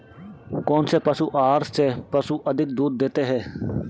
कौनसे पशु आहार से पशु अधिक दूध देते हैं?